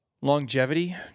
longevity